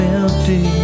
empty